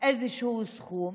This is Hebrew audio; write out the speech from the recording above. איזשהו סכום,